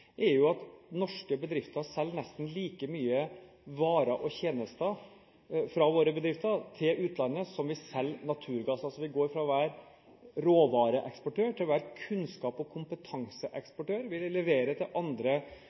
er at norske bedrifter selger nesten like mye varer og tjenester til utlandet som vi selger naturgass. Vi går fra å være råvareeksportør til å være kunnskaps- og kompetanseeksportør. Vi leverer til andre